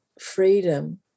freedom